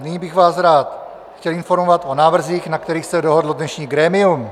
Nyní bych vás rád chtěl informovat o návrzích, na kterých se dohodlo dnešní grémium.